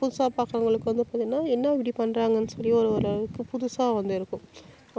புதுசாக பசங்களுக்கு வந்து பார்த்தீனா என்ன இப்படி பண்ணுறாங்கன்னு சொல்லி ஒரு ஒரு புதுசாக வந்து இருக்கும்